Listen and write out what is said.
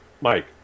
Mike